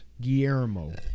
Guillermo